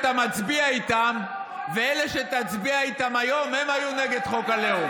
אלה שאתה מצביע איתם ואלה שתצביע איתם היום היו נגד חוק הלאום.